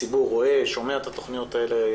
הציבור רואה ושומע את התכניות האלה,